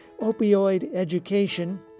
opioideducation